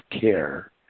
care